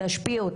תשפיעו,